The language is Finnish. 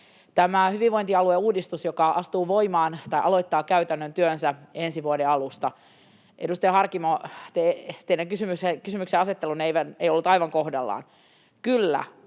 Tästä hyvinvointialueuudistuksesta, joka astuu voimaan tai aloittaa käytännön työnsä ensi vuoden alusta: Edustaja Harkimo, teidän kysymyksenasettelunne ei ollut aivan kohdallaan. Kyllä,